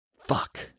Fuck